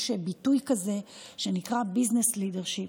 יש ביטוי כזה שנקרא business leadership.